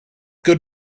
good